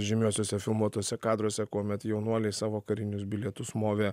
žymiuosiuose filmuotuose kadruose kuomet jaunuoliai savo karinius bilietus movė